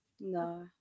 No